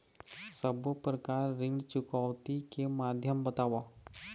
सब्बो प्रकार ऋण चुकौती के माध्यम बताव?